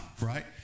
right